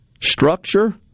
structure